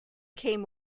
came